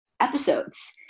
episodes